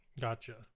Gotcha